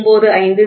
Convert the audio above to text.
950 0